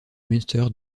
münster